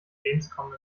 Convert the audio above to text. gamescom